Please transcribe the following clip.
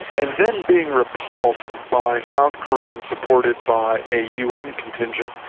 and then being repulsed by south korea supported by a un contingent,